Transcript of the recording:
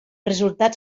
resultats